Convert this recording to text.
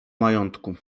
majątku